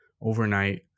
overnight